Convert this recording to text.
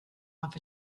off